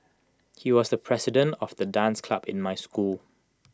he was the president of the dance club in my school